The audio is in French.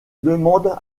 demande